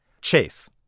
chase